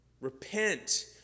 Repent